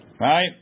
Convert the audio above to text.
Right